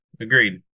Agreed